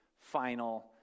final